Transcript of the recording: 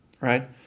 Right